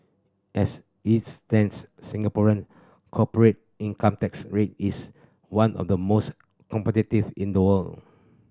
as its stands Singaporean corporate income tax rate is one of the most competitive in the world